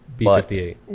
b58